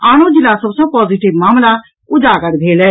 आनो जिला सभ सॅ पॉजिटिव मामिला उजागर भेल अछि